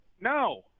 No